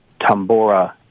Tambora